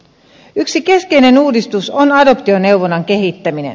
yksi keskeinen uudistus on adoptioneuvonnan kehittäminen